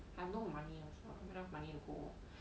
I have no money as well not enough money to go